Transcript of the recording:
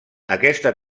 aquesta